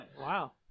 Wow